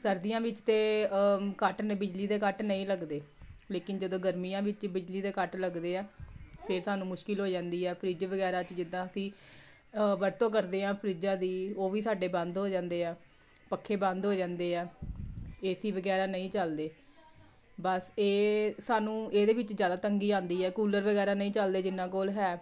ਸਰਦੀਆਂ ਵਿੱਚ ਤਾਂ ਕੱਟ ਨੇ ਬਿਜਲੀ ਦੇ ਕੱਟ ਨਹੀਂ ਲੱਗਦੇ ਲੇਕਿਨ ਜਦੋਂ ਗਰਮੀਆਂ ਵਿੱਚ ਬਿਜਲੀ ਦੇ ਕੱਟ ਲੱਗਦੇ ਆ ਫਿਰ ਸਾਨੂੰ ਮੁਸ਼ਕਲ ਹੋ ਜਾਂਦੀ ਆ ਫ੍ਰਿਜ ਵਗੈਰਾ 'ਚ ਜਿੱਦਾਂ ਅਸੀਂ ਵਰਤੋਂ ਕਰਦੇ ਹਾਂ ਫਰਿਜਾਂ ਦੀ ਉਹ ਵੀ ਸਾਡੇ ਬੰਦ ਹੋ ਜਾਂਦੇ ਆ ਪੱਖੇ ਬੰਦ ਹੋ ਜਾਂਦੇ ਆ ਏ ਸੀ ਵਗੈਰਾ ਨਹੀਂ ਚੱਲਦੇ ਬਸ ਇਹ ਸਾਨੂੰ ਇਹਦੇ ਵਿੱਚ ਜ਼ਿਆਦਾ ਤੰਗੀ ਆਉਂਦੀ ਹੈ ਕੂਲਰ ਵਗੈਰਾ ਨਹੀਂ ਚੱਲਦੇ ਜਿਹਨਾਂ ਕੋਲ ਹੈ